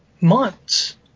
months